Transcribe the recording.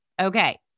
Okay